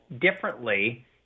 differently